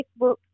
Facebook